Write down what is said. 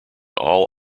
all